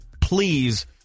please